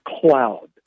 cloud